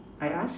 I ask